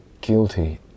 guilty